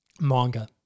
manga